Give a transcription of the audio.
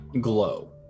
glow